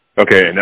Okay